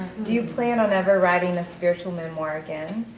do you plan on ever writing a spiritual memoir again?